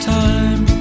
time